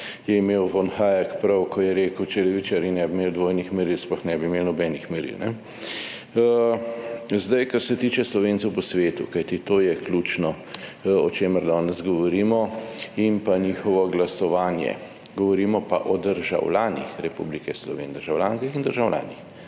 je imel von Hayek prav, ko je rekel, če levičarji ne bi imeli dvojnih meril, sploh ne bi imeli nobenih meril. Kar se tiče Slovencev po svetu, kajti to je ključno o čemer danes govorimo, in pa njihovo glasovanje. Govorimo pa o državljanih Republike Slovenije, o državljankah in državljanih,